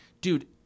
dude